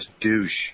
douche